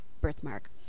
birthmark